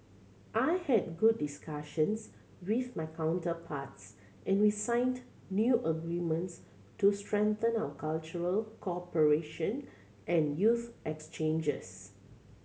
I had good discussions with my counterparts and we signed new agreements to strengthen our cultural cooperation and youth exchanges